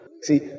See